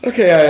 Okay